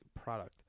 product